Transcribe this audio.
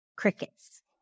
crickets